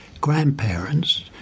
grandparents